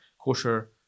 Kosher